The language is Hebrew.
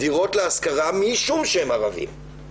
דירות להשכרה משום שהם ערבים.